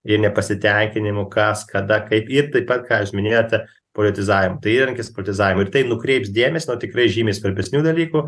ir nepasitenkinimų kas kada kaip ir taip pat ką jūs minėjote politizavimo tai įrankis politizavimui ir tai nukreips dėmesį nuo tikrai žymiai svarbesnių dalykų